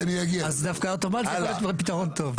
כי --- דווקא האוטומט יכול להיות פתרון טוב.